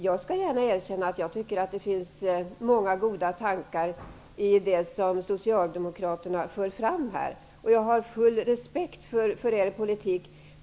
Jag skall gärna erkänna att jag tycker att det finns många goda tankar i de förslag som Socialdemokraterna för fram, och jag har full respekt för deras politik.